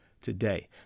today